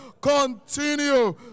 continue